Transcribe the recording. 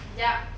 kejap